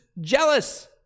jealous